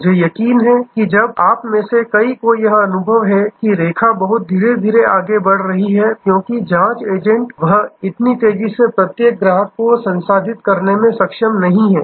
मुझे यकीन है कि आप में से कई को यह अनुभव है कि रेखा बहुत धीरे धीरे आगे बढ़ रही है क्योंकि जांच एजेंट वह इतनी तेजी से प्रत्येक ग्राहक को संसाधित करने में सक्षम नहीं है